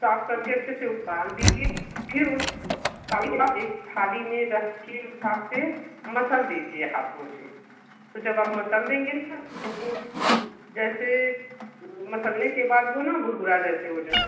साफ करके अच्छे से उबाल दीजिए फिर उसको थाली में रख के साफ से मसल दीजिए हाथों से तो जब आप मसल देंगें न तो जैसे मसलने के बाद वो न भुरभुरा जैसे हो जाएगा